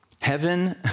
Heaven